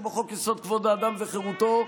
כמו חוק-יסוד: כבוד האדם וחירותו.